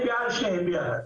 אני בעד שהם ביחד.